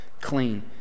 clean